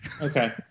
Okay